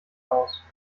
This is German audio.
aus